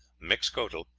mixcoatl,